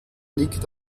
liegt